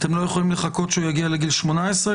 אתם לא יכולים לחכות שהוא יגיע לגיל 18?